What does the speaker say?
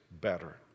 better